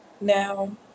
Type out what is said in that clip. Now